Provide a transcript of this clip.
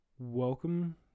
Welcome